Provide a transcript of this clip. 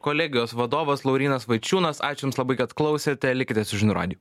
kolegijos vadovas laurynas vaičiūnas ačiū jums labai kad klausėte likite su žinių radiju